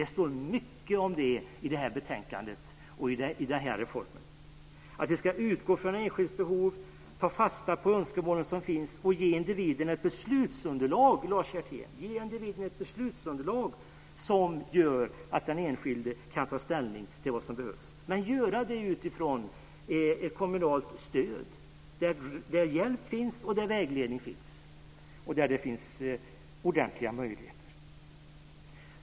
Det står mycket om det i det här betänkandet och i underlaget till reformen. Vi ska utgå från enskilt behov, ta fasta på de önskemål som finns och ge individen ett beslutsunderlag, Lars Hjertén, som gör att den enskilde kan ta ställning till vad som behövs. Men vi ska göra det utifrån ett kommunalt stöd, där hjälp och vägledning finns och där det finns ordentliga möjligheter.